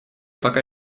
пока